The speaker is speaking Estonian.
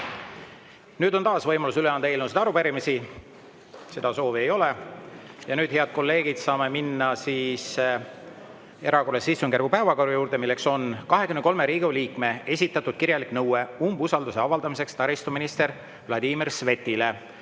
Nüüd on taas võimalus üle anda eelnõusid ja arupärimisi. Seda soovi ei ole. Ja nüüd, head kolleegid, saame minna erakorralise istungjärgu päevakorra juurde. Päevakorrapunkt on 23 Riigikogu liikme esitatud kirjalik nõue umbusalduse avaldamiseks taristuminister Vladimir Svetile.